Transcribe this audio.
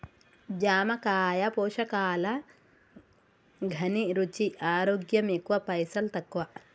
జామకాయ పోషకాల ఘనీ, రుచి, ఆరోగ్యం ఎక్కువ పైసల్ తక్కువ